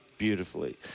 beautifully